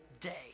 day